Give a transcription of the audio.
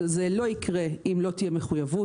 זה לא יקרה אם לא תהיה מחויבות.